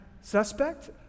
suspect